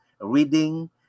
reading